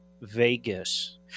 Vegas